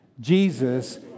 Jesus